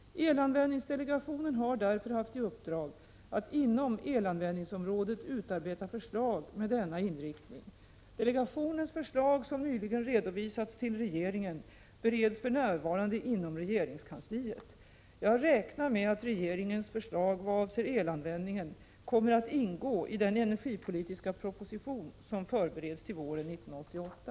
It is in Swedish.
Elanvändningsdelegationen har därför haft i uppdrag att inom elanvändningsområdet utarbeta förslag med denna inriktning. Delegationens förslag som nyligen redovisats till regeringen bereds för närvarande inom regeringskansliet. Jag räknar med att regeringens förslag vad avser elanvändningen kommer att ingå i den energipolitiska proposition som förbereds till våren 1988.